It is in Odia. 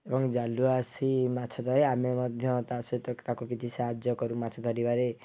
ଏବଂ ଜାଲୁଆ ଆସି ମାଛ ଧରେ ଆମେ ମଧ୍ୟ ତା ସହିତ ତାକୁ କିଛି ସାହାର୍ଯ୍ୟ କରୁ ମାଛ ଧରିବାରେ